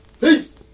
Peace